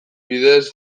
bidez